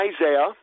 Isaiah